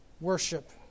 worship